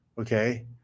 okay